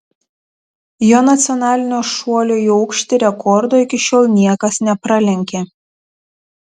jo nacionalinio šuolio į aukštį rekordo iki šiol niekas nepralenkė